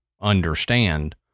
understand